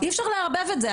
אי אפשר לערבב את זה.